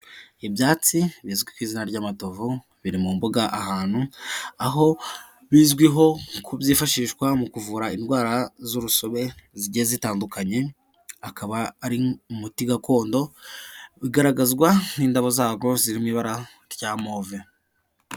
Ibyatsi bizwi ku izina ry'amatovu biri mu mbuga ahantu aho bizwiho ko byifashishwa mu kuvura indwara z'urusobe zigiye zitandukanye, akaba ari umuti gakondo, bigaragazwa n'indabo zarwo ziriri mu ibara rya move.